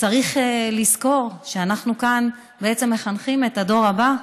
צריך לזכור שאנחנו כאן בעצם מחנכים את הדור הבא.